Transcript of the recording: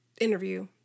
interview